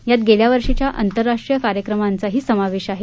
यात गेल्या वर्षीच्या आंतरराष्ट्रीय कार्यक्रमांचाही समावेश आहे